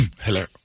hello